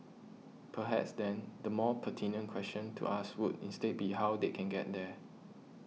perhaps then the more pertinent question to ask would instead be how they can get there